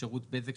שירותי בזק?